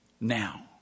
now